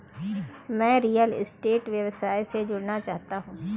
मैं real estate व्यवसाय से जुड़ना चाहता हूँ